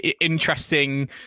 interesting